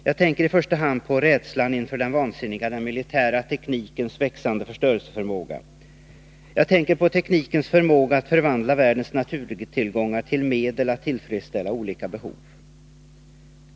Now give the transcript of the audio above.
Jag tänker i första hand på rädslan inför den militära teknikens vansinniga och växande förstörelseförmåga. Jag tänker på teknikens förmåga att förvandla världens naturtillgångar till medel att tillfredställa olika behov.